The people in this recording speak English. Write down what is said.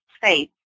faith